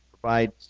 provide